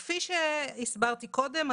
כפי שהסברתי קודם,